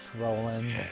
rolling